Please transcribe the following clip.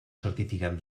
certificat